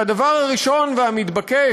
שהדבר הראשון והמתבקש,